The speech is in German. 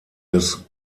des